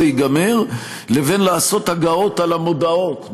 ייגמר לבין לעשות הגהות על המודעות,